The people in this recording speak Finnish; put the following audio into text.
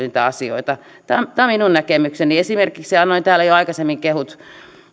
niitä asioita tämä on minun näkemykseni esimerkiksi annoin täällä jo aikaisemmin kehut